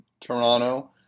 Toronto